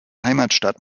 heimatstadt